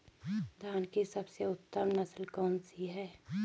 धान की सबसे उत्तम नस्ल कौन सी है?